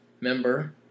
member